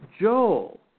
Joel